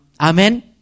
Amen